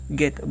get